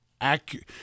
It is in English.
accurate